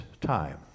time